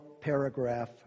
paragraph